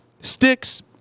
Sticks